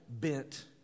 bent